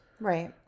Right